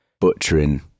butchering